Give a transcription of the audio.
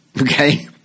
Okay